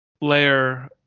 layer